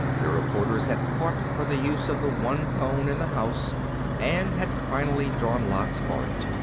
the reporters had fought for the use of the one phone in the house and had finally drawn lots for it.